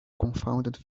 confounded